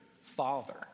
father